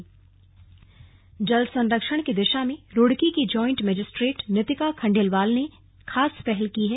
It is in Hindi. स्लग जल सरंक्षण जल सरंक्षण की दिशा में रुड़की की ज्वाइंट मजिस्ट्रेट नितिका खंडेलवाल ने खास पहल की है